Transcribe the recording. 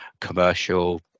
commercial